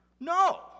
No